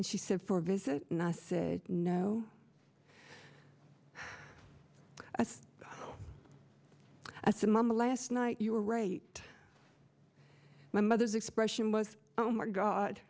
and she said for a visit and i said no as i said i'm on the last night you were right my mother's expression was oh my god